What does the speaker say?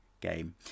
game